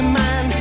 man